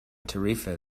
tarifa